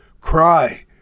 cry